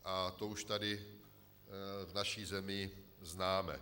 A to už tady v naší zemi známe.